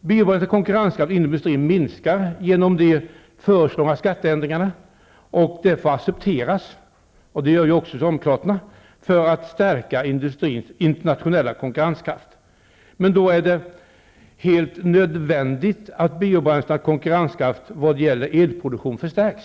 Biobränslenas konkurrenskraft inom industrin minskar genom de föreslagna skatteändringarna, och det får accepteras -- och det gör även Socialdemokraterna -- för att stärka industrins internationella konkurrenskraft. Då är det helt nödvändigt att biobränslenas konkurrenskraft vad gäller elproduktion förstärks.